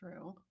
True